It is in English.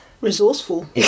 resourceful